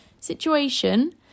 situation